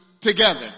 together